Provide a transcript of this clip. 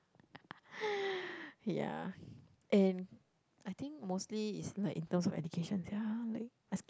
yeah and I think mostly is like in terms of education sia like I scared